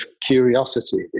curiosity